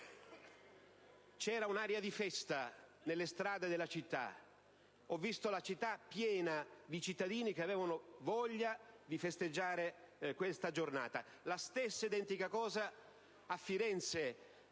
C'era un'aria di festa nelle strade della città. Ho visto la città piena di cittadini che avevano voglia di festeggiare questa giornata; la stessa identica cosa è avvenuta